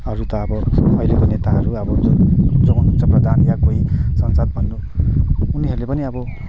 अरु त अब अहिलेको नेताहरू अब जुन जो हुन्छ प्रधान या कोही सांसद भन्नु उनीहरूले पनि अब